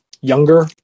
younger